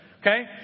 Okay